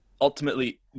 ultimately